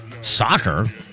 soccer